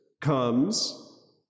comes